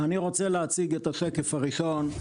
אני רוצה להציג את השקף הראשון.